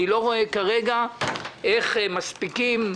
אני לא רואה כרגע איך מספיקים,